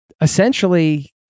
essentially